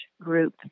group